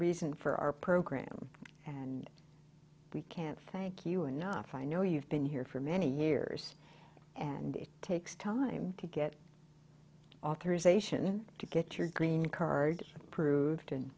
reason for our program and we can't thank you enough i know you've been here for many years and it takes time to get authorization to get your green card approved and